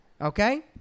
Okay